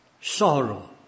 sorrow